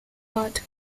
ward